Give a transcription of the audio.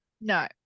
no